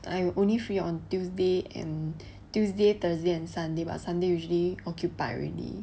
I only free on tuesday and tuesday thursday and sunday sunday usually occupied already